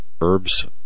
herbs